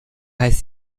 heißt